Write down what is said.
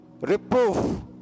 reproof